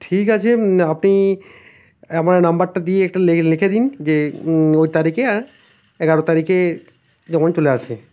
ঠিক আছে আপনি আমার নম্বরটা দিয়ে একটা লিখে দিন যে ওই তারিখে এগারো তারিখে যেন চলে আসে